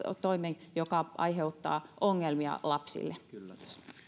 toimi joka aiheuttaa ongelmia lapsille